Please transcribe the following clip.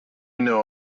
know